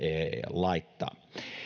laittaa